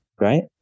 right